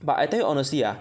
but I think honestly ah